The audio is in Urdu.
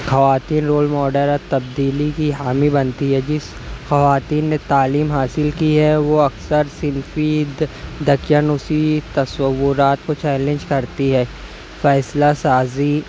خواتین رول ماڈل اور تبدیلی کی حامی بنتی ہے جس خواتین نے تعلیم حاصل کی ہے وہ اکثر صنفی دقیانوسی تصورات کو چیلنج کرتی ہے فیصلہ سازی